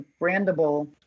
brandable